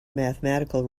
mathematical